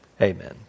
amen